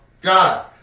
god